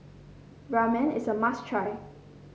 ramen is a must try